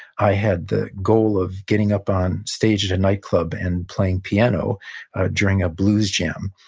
i had the goal of getting up on stage at a night club and playing piano during a blues jam.